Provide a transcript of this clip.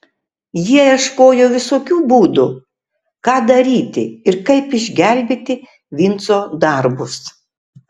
jie ieškojo visokių būdų ką daryti ir kaip išgelbėti vinco darbus